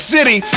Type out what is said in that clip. City